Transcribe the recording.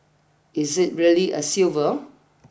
is it really a silver